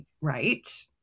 right